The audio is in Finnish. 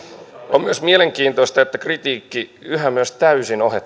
on myös mielenkiintoista että kritiikki yhä myös täysin